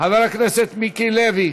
איפה חבר הכנסת מיקי לוי?